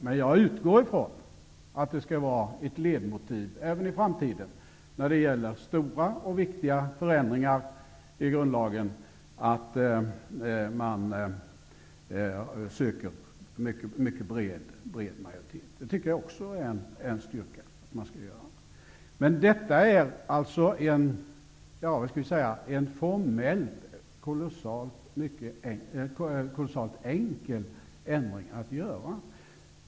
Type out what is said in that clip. Men jag utgår från att ett ledmotiv även i framtiden när det gäller stora och viktiga förändringar i grundlagen skall vara att man söker mycket bred majoritet. Det tycker jag också är en styrka. Detta är emellertid formellt en kolossalt enkel ändring att göra.